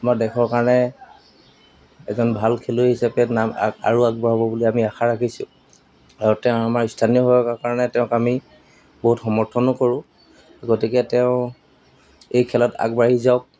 বা দেশৰ কাৰণে এজন ভাল খেলুৱৈ হিচাপে নাম আৰু আগবঢ়াব বুলি আমি আশা ৰাখিছোঁ আৰু তেওঁ আমাৰ স্থানীয় হোৱাৰ কাৰণে তেওঁক আমি বহুত সমৰ্থনো কৰোঁ গতিকে তেওঁ এই খেলত আগবাঢ়ি যাওক